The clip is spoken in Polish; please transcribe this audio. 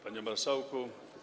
Panie Marszałku!